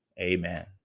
Amen